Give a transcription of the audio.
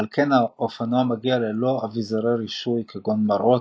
ועל כן האופנוע מגיע ללא אביזרי רישוי כגון מראות,